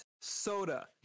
soda